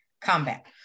combat